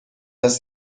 است